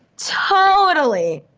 totally!